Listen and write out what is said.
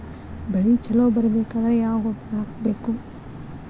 ಬೆಳಿ ಛಲೋ ಬರಬೇಕಾದರ ಯಾವ ಗೊಬ್ಬರ ಹಾಕಬೇಕು?